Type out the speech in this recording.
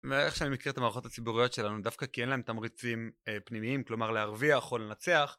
ואיך שאני מכיר את המערכות הציבוריות שלנו, דווקא כי אין להן תמריצים פנימיים, כלומר להרוויח או לנצח.